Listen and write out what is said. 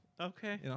Okay